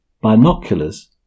Binoculars